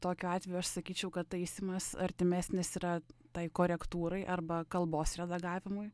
tokiu atveju aš sakyčiau kad taisymas artimesnis yra tai korektūrai arba kalbos redagavimui